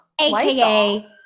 aka